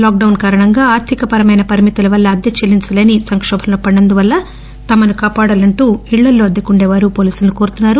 lock down కారణంగా ఆర్థిక పరమైన పరిమితుల వల్ల అద్దె చెల్లించలేని సంకోభంలో పడినందువల్ల తమను కాపాడాలంటూ ఇళ్లల్లో అద్దెకుండేవారు పోలీసులను కోరుతున్నారు